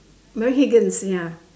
Mary Higgins ya